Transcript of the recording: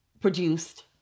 produced